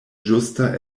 ĝusta